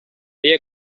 feia